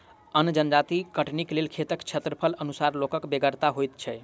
अन्न जजाति कटनीक लेल खेतक क्षेत्रफलक अनुसार लोकक बेगरता होइत छै